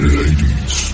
ladies